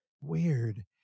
Weird